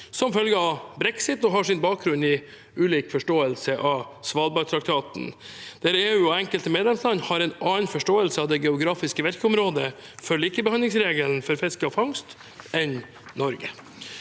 som følge av brexit og har sin bakgrunn i ulik forståelse av Svalbardtraktaten, der EU og enkelte medlemsland har en annen forståelse av det geografiske virkeområdet for likebehandlingsregelen for fiske og fangst enn det